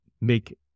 make